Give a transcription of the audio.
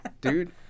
dude